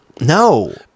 no